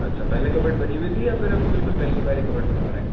اچھا پہلے کبڈ بنی ہوئی تھی یا پھر ابھی پہلی بار کبڈ بنوا رہے ہیں